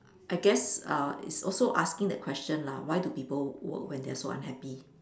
I guess uh is also asking that question lah why do people work when they're so unhappy